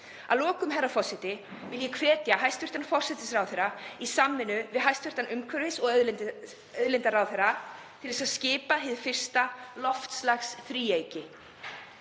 Að lokum, herra forseti, vil ég hvetja hæstv. forsætisráðherra í samvinnu við hæstv. umhverfis- og auðlindaráðherra til að skipa hið fyrsta loftslagsþríeyki.